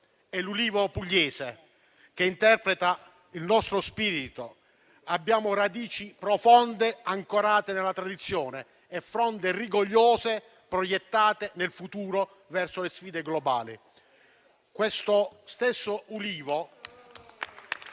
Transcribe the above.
È l'ulivo pugliese che interpreta il nostro spirito: abbiamo radici profonde, ancorate nella tradizione, e fronde rigogliose proiettate nel futuro verso le sfide globali; lo stesso ulivo